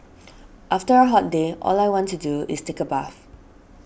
after a hot day all I want to do is take a bath